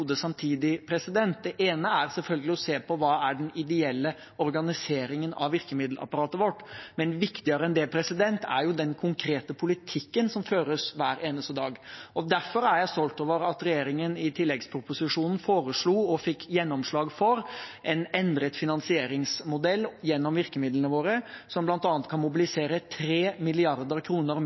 samtidig. Det ene er selvfølgelig å se på hva som er den ideelle organiseringen av virkemiddelapparatet vårt, men viktigere enn det er den konkrete politikken som føres hver eneste dag. Derfor er jeg stolt over at regjeringen i tilleggsproposisjonen foreslo, og fikk gjennomslag for, en endret finansieringsmodell gjennom virkemidlene våre, som bl.a. kan mobilisere